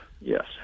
yes